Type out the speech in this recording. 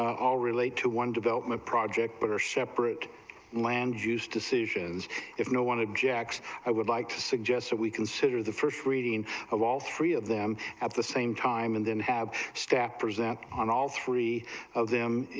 all relate to one development project but are separate land use decisions if no one objects i would like to suggest we consider the first reading from all three of them have the same time and then have stacked present on all three of them eat,